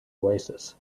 oasis